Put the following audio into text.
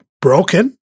broken